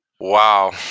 Wow